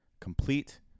complete